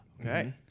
Okay